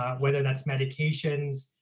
whether that's medications,